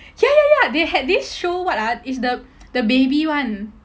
ya ya ya they had this show what ah it's the the baby one